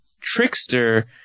Trickster